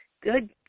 good